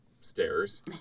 Stairs